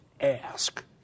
ask